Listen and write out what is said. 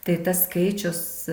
tai tas skaičius